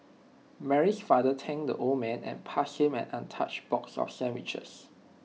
Mary's father thanked the old man and passed him an untouched box of sandwiches